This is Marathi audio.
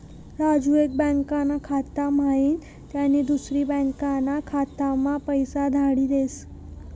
राजू एक बँकाना खाता म्हाईन त्यानी दुसरी बँकाना खाताम्हा पैसा धाडी देस